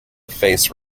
face